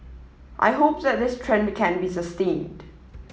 I hope that this trend can be sustained